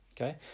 okay